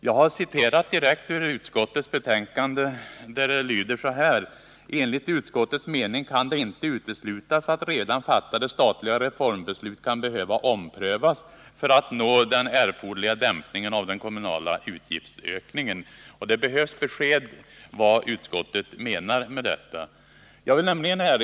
Jag har citerat direkt ur betänkandet, där det lyder så här: ”Enligt utskottets mening kan det inte uteslutas att redan fattade statliga reformbeslut kan behöva omprövas för att nå den erforderliga dämpningen av den kommunala utgiftsökningen.” Det behövs ett besked om vad utskottet menar med detta.